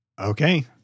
Okay